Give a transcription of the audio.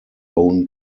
own